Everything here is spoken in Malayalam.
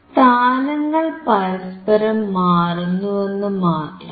സ്ഥാനങ്ങൾ പരസ്പരം മാറുന്നുവെന്നു മാത്രം